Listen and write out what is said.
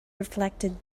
reflected